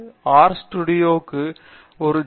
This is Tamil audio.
ஆர் ஸ்டூடியோ ஆர் க்கு ஒரு ஜி